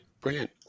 brilliant